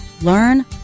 Learn